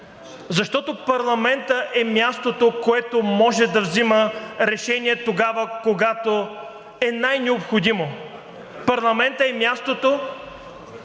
защото парламентът е мястото, което може да взима решения тогава, когато е най-необходимо. Парламентът е мястото,